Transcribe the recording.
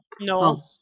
No